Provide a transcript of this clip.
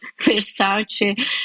Versace